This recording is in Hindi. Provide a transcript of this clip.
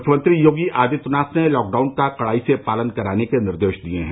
मुख्यमंत्री योगी आदित्यनाथ ने लॉकडाउन का कड़ाई से पालन कराने के निर्देश दिए हैं